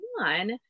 one